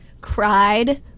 cried